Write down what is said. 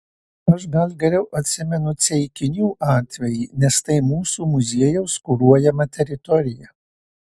aš gal geriau atsimenu ceikinių atvejį nes tai mūsų muziejaus kuruojama teritorija